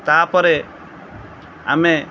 ତା'ପରେ ଆମେ